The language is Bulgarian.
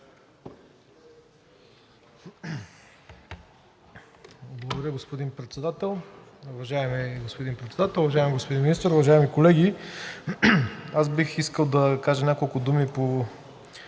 Благодаря, господин Председател. Уважаеми господин Председател, уважаеми господин министър, уважаеми колеги! Аз бих искал да кажа няколко думи по